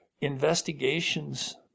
investigations